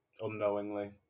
unknowingly